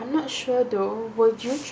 I'm not sure though would you